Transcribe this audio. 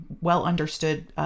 well-understood